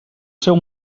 seu